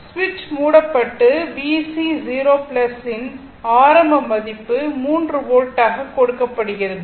சுவிட்ச் மூடப்பட்டு VC 0 இன் ஆரம்ப மதிப்பு 3 வோல்ட் ஆக கொடுக்கப்படுகிறது